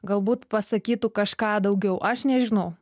galbūt pasakytų kažką daugiau aš nežinau